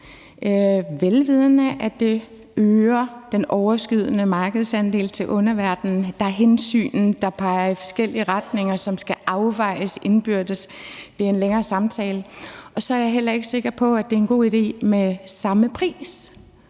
vel vidende at det øger den overskydende markedsandel til underverdenen. Der er hensyn, der peger i forskellige retninger, som skal afvejes indbyrdes. Det er en længere samtale. Og så er jeg heller ikke sikker på, at det er en god idé med samme pris